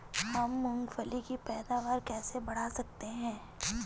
हम मूंगफली की पैदावार कैसे बढ़ा सकते हैं?